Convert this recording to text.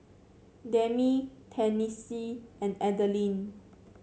Demi Tennessee and Adeline